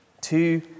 two